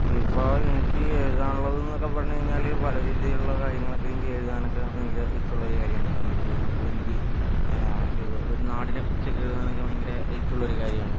ഇപ്പോൾ എനിക്ക് എഴുതാനുള്ളതൊക്കെ എന്ന് പറഞ്ഞ് കഴിഞ്ഞാൽ പല രീതിയിലുള്ള കാര്യങ്ങളൊക്കെ എനിക്ക് എഴുതാനൊക്കെ ഭയങ്കര ഇഷ്ടമുള്ള ഒരു കാര്യമാണ് കാരണം എന്തെന്ന് വച്ചു കഴിഞ്ഞാൽ നമുക്കിപ്പോൾ എനിക്ക് ഇപ്പോൾ ഒരു നാടിനെ കുറിച്ചൊക്കെ എഴുതാനൊക്കെ എനിക്ക് ഭയങ്കര ഇഷ്ടമുള്ള കാര്യമാണ്